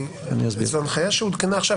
זו הנחיה שעודכנה עכשיו,